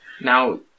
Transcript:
Now